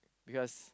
because